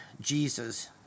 Jesus